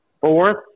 Fourth